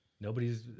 Nobody's